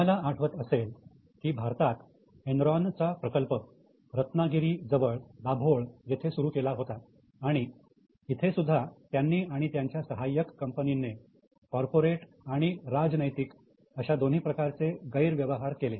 तुम्हाला आठवत असेल की भारतात एनरॉनचा प्रकल्प रत्नागिरी जवळ दाभोळ येथे सुरू केला होता आणि इथे सुद्धा त्यांनी आणि त्यांच्या सहाय्यक कंपनीने कॉर्पोरेट आणि राजनैतिक अशा दोन्ही प्रकारचे गैरव्यवहार केले